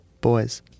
Boys